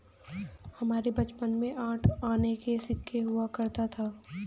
हमारे बचपन में आठ आने का सिक्का हुआ करता था